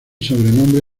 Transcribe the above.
sobrenombre